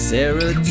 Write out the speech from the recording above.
Sarah